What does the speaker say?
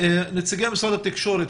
רוני חורי נציג משרד התקשורת,